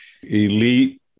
elite